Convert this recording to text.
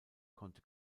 konnte